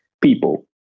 people